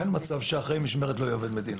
אין מצב שאחראי המשמרת לא יהיה עובד מדינה.